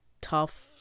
tough